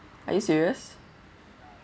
are you serious